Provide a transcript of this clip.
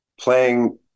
playing